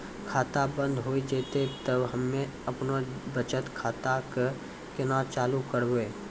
खाता बंद हो जैतै तऽ हम्मे आपनौ बचत खाता कऽ केना चालू करवै?